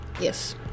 yes